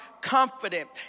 confident